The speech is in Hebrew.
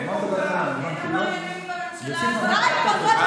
אין עבריינים בממשלה הזאת?